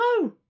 no